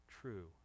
true